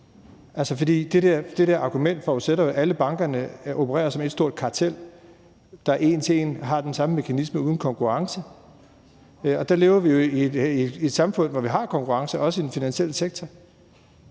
Altså, det der argument forudsætter jo, at alle bankerne opererer som et stort kartel, der en til en har samme mekanisme uden konkurrence. Og der lever vi jo i et samfund, hvor vi har konkurrence, også i den finansielle sektor.